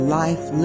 life